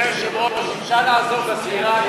אדוני היושב-ראש, אפשר לעזור בספירה?